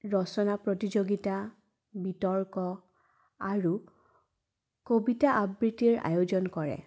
ৰচনা প্ৰতিযোগিতা বিতৰ্ক আৰু কবিতা আবৃত্তিৰ আয়োজন কৰে